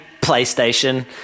PlayStation